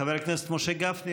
חבר הכנסת משה גפני,